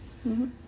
mmhmm